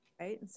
Right